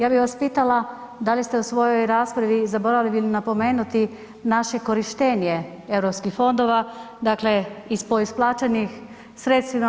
Ja bih vas pitala da li ste u svojoj raspravi zaboravili napomenuti naše korištenje europskih fondova po isplaćenih sredstvima?